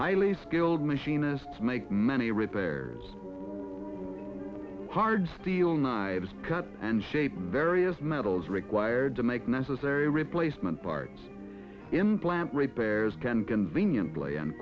highly skilled machinists make many repairs hard steel knives cut and shaped various metals required to make necessary replacement parts implant repairs can conveniently and